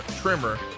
trimmer